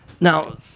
Now